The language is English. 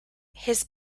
his